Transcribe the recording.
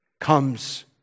comes